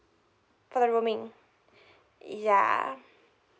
for the roaming ya